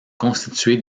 constituée